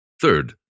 Third